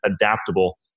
adaptable